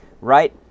Right